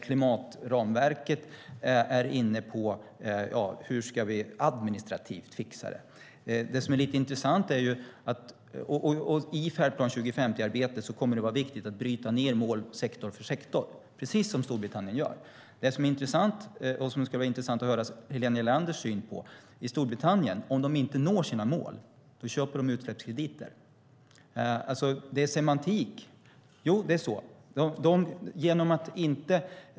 Klimatramverket är inne på hur vi administrativt ska fixa det. I Färdplan 2050-arbetet kommer det att vara viktigt att bryta ned mål sektor för sektor, precis som Storbritannien gör. Det som är intressant, och som det skulle vara intressant att höra Helena Leanders syn på, är att Storbritannien köper utsläppskrediter om de inte når sina mål. Det är semantik.